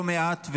לא מעט,